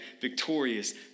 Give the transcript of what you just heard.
victorious